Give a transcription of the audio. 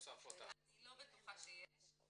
אני לא בטוחה שיש.